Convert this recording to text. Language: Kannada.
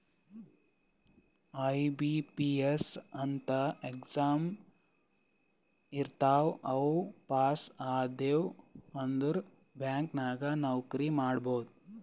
ಐ.ಬಿ.ಪಿ.ಎಸ್ ಅಂತ್ ಎಕ್ಸಾಮ್ ಇರ್ತಾವ್ ಅವು ಪಾಸ್ ಆದ್ಯವ್ ಅಂದುರ್ ಬ್ಯಾಂಕ್ ನಾಗ್ ನೌಕರಿ ಮಾಡ್ಬೋದ